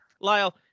Lyle